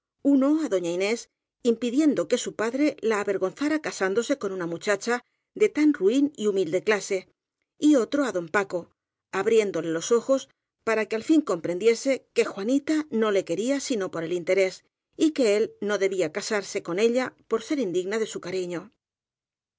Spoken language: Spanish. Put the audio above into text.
uno á doña inés impi diendo que su padre la avergonzara casándose con una muchacha de tan ruin y humilde clase y otro á don paco abriéndole los ojos para que al fin comprendiese que juanita no le quería sino por interés y que él no debía casarse con ella por ser indigna de su cariño